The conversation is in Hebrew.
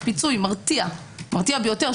פיתוי מרתיע ביותר,